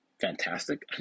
fantastic